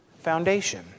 foundation